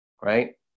right